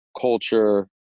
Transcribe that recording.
Culture